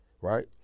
right